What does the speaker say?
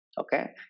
okay